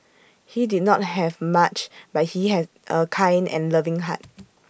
he did not have much but he had A kind and loving heart